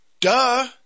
Duh